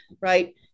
right